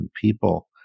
people